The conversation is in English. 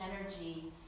energy